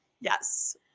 Yes